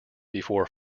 before